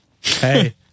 hey